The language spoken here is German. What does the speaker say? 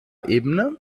ebene